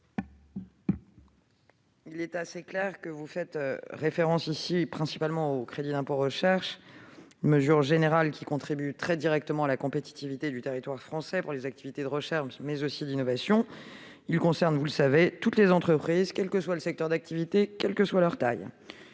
Vous faites clairement principalement référence ici, monsieur le sénateur, au crédit d'impôt recherche, mesure générale qui contribue très directement à la compétitivité du territoire français pour les activités de recherche, mais aussi d'innovation. Il concerne, vous le savez, toutes les entreprises, quel que soit leur secteur d'activité et quelle que soit leur taille.